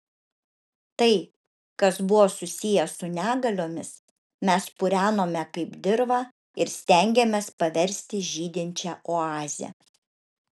tai kas buvo susiję su negaliomis mes purenome kaip dirvą ir stengėmės paversti žydinčia oaze